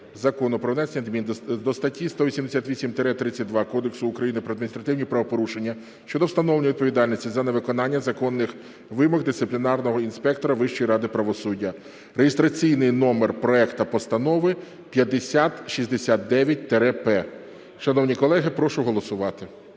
Закону про внесення змін до статті 188-32 Кодексу України про адміністративні правопорушення щодо встановлення відповідальності за невиконання законних вимог дисциплінарного інспектора Вищої ради правосуддя (реєстраційний номер проекту постанови 5069-П). Шановні колеги, прошу голосувати.